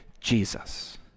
Jesus